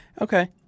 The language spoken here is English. Okay